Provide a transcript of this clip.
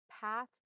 path